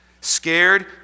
Scared